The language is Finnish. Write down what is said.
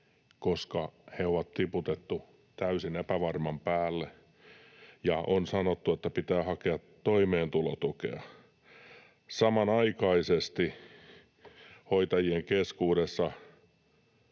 koska heidät on tiputettu täysin epävarman päälle ja on sanottu, että pitää hakea toimeentulotukea. Samanaikaisesti hoitajien keskuudessa